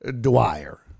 Dwyer